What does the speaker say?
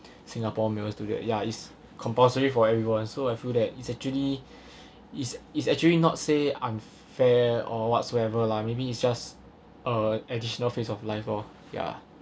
singapore male student ya is compulsory for everyone so I feel that it's actually is is actually not say unfair or whatsoever lah maybe it's just uh additional phase of life orh ya